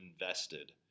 invested